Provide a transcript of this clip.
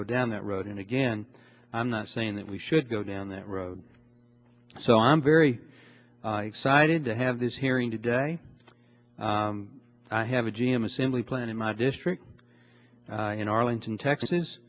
go down that road and again i'm not saying that we should go down that road so i'm very excited to have this hearing today i have a g m assembly plant in my district in arlington texas